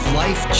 life